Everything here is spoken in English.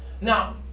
Now